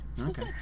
okay